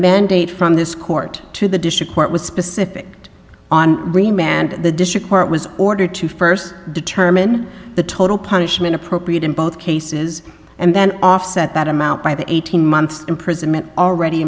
mandate from this court to the district court was specific on remand the district court was ordered to first determine the total punishment appropriate in both cases and then offset that amount by the eighteen months imprisonment already